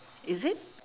is it